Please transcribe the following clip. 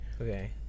Okay